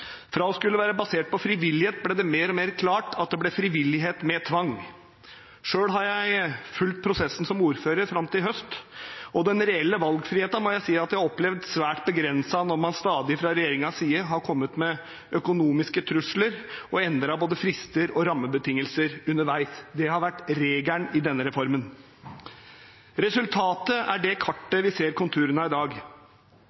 Fra å skulle være basert på frivillighet ble det mer og mer klart at det ble frivillighet med tvang. Selv har jeg fulgt prosessen som ordfører fram til i høst, og den reelle valgfriheten må jeg si at jeg har opplevd som svært begrenset når man fra regjeringens side stadig har kommet med økonomiske trusler og endret både frister og rammebetingelser underveis. Det har vært regelen i denne reformen. Resultatet er det